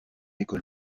école